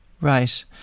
Right